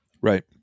right